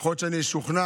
יכול להיות שאני אשוכנע,